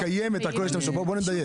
בואו נדייק.